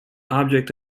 object